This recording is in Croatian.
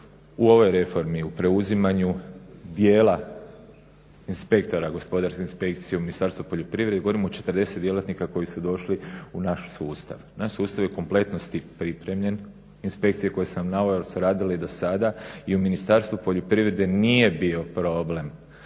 U ovoj reformi, u preuzimanju dijela inspektora gospodarske inspekcije u Ministarstvu poljoprivrede govorimo o 40 djelatnika koji su došli u naš sustav. Naš sustav je u kompletnosti pripremljen. Inspekcije koje sam vam naveo su radile i dosada i u Ministarstvu poljoprivrede nije bio problem